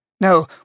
No